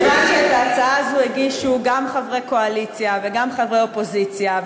מכיוון שאת ההצעה הזאת הגישו גם חברי קואליציה וגם חברי אופוזיציה,